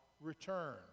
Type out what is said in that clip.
return